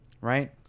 right